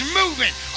moving